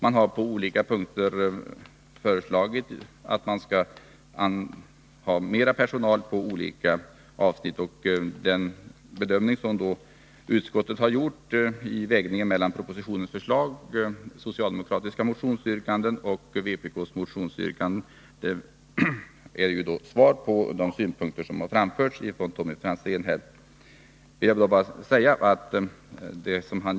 Det har föreslagits mer personal på olika avsnitt. Utskottets avvägning mellan propositionens förslag, socialdemokraternas motionsyrkanden och vpk:s motionsyrkanden utgör då ett svar på de synpunkter som Tommy Franzén framförde.